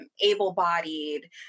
able-bodied